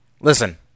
Listen